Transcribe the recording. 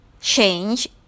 change